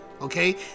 Okay